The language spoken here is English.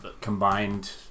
combined